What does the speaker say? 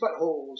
buttholes